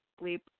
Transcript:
sleep